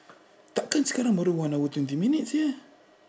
takkan sekarang baru one hour twenty minutes sia